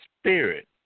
Spirit